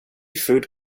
food